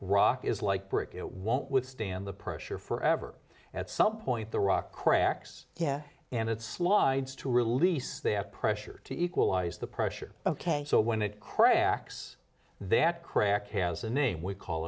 rock is like brick it won't withstand the pressure forever at some point the rock cracks yeah and it slides to release they have pressure to equalize the pressure ok so when it cracks that crack has a name we call